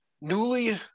newly